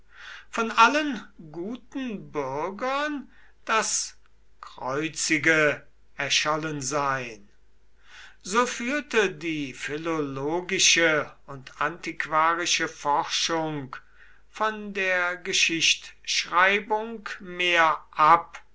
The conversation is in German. von allen guten bürgern das kreuzige erschollen sein so führte die philologische und antiquarische forschung von der geschichtschreibung mehr ab